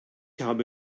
habe